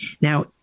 Now